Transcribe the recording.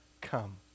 come